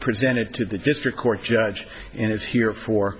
presented to the district court judge and it's here for